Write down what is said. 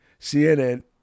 CNN